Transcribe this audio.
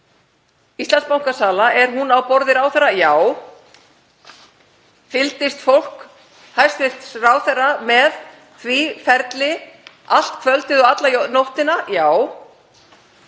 Íslandsbankasala, er hún á borði ráðherra? Já. Fylgdist fólk hæstv. ráðherra með því ferli allt kvöldið og alla nóttina? Já.